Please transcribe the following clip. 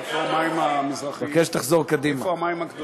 אני מבקש שתחזור קדימה.